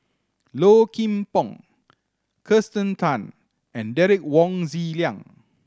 Low Kim Pong Kirsten Tan and Derek Wong Zi Liang